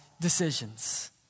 decisions